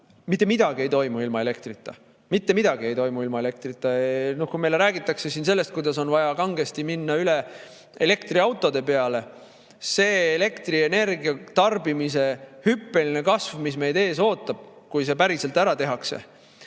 mitte midagi ei toimu ilma elektrita. Mitte midagi ei toimu ilma elektrita! Meile räägitakse siin sellest, kuidas on vaja kangesti minna üle elektriautode peale, aga see elektrienergia tarbimise hüppeline kasv, mis meid ees ootab, kui see päriselt ära tehakse